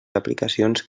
aplicacions